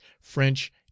french